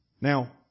Now